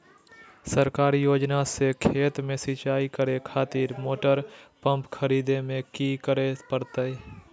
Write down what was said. सरकारी योजना से खेत में सिंचाई करे खातिर मोटर पंप खरीदे में की करे परतय?